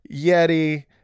Yeti